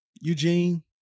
Eugene